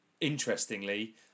Interestingly